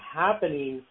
happening